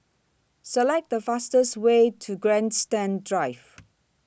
Select The fastest Way to Grandstand Drive